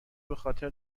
بخاطر